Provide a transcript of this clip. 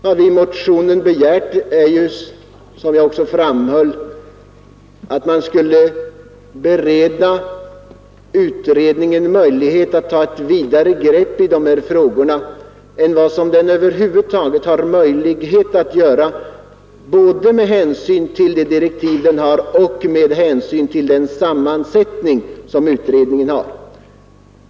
Vad vi i motionen begärt är ju, som jag också framhöll, att man skulle bereda utredningen möjlighet så att den skall kunna ta ett vidare grepp på dessa frågor än vad den för närvarande har möjlighet till, både med hänsyn till de direktiv den har och med hänsyn till utredningens sammansättning.